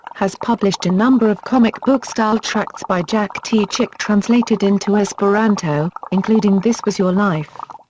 has published a number of comic book style tracts by jack t. chick translated into esperanto, including this was your life!